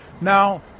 Now